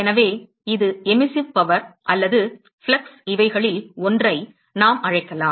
எனவே இது emissive power அல்லது ஃப்ளக்ஸ் இவைகளில் ஒன்றை நாம் அழைக்கலாம்